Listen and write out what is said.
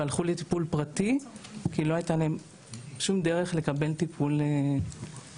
הם הלכו לטיפול פרטי כי לא היתה להם שום דרך לקבל טיפול רגשי.